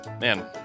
man